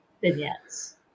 vignettes